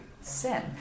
sin